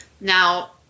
Now